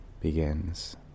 begins